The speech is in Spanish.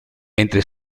entre